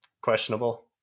Questionable